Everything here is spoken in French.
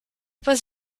pas